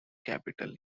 capital